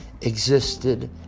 existed